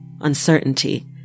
uncertainty